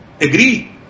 agree